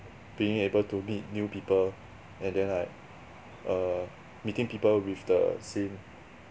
being able to meet new people and then like err meeting people with the same